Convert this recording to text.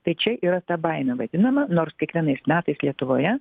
tai čia yra ta baimė vadinama nors kiekvienais metais lietuvoje